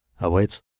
awaits